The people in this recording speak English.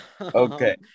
Okay